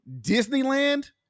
Disneyland